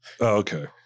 Okay